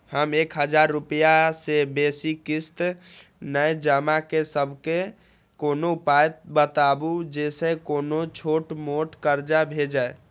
हम एक हजार रूपया से बेसी किस्त नय जमा के सकबे कोनो उपाय बताबु जै से कोनो छोट मोट कर्जा भे जै?